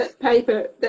paper